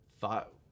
thought